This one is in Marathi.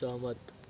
सहमत